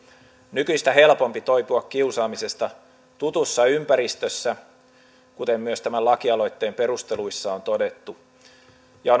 nykyistä helpompi toipua kiusaamisesta tutussa ympäristössä kuten myös tämän lakialoitteen perusteluissa on todettu on